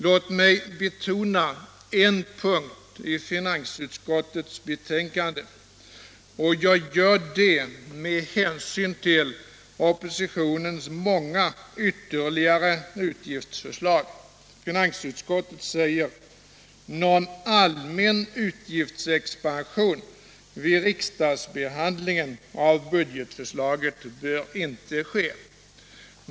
Låt mig betona en punkt i finansutskottets betänkande, och jag gör det med hänsyn till oppositionens många ytterligare utgiftsförslag. Finansutskottet säger att någon allmän utgiftsexpansion vid riksdagens behandling av budgetförslaget inte bör ske.